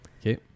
Okay